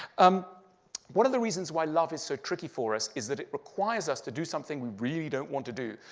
um one of the reasons why love is so tricky for us is that it requires us to do something we really don't want to do,